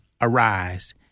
arise